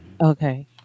Okay